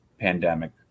pandemic